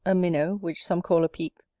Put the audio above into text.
a minnow which some call a peek,